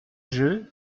jeu